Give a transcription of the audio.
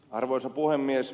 arvoisa puhemies